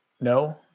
No